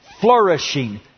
flourishing